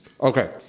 Okay